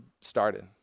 started